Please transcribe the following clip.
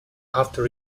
after